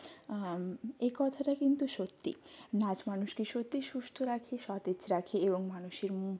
এ কথাটা কিন্তু সত্যি নাচ মানুষকে সত্যিই সুস্থ রাখে সতেজ রাখে এবং মানুষের মুভ